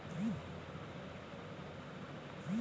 সরকারি থ্যাকে যে বল্ড গুলান হছে টেরজারি বল্ড সরকার